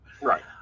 Right